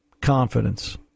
confidence